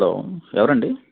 hello ఎవరండి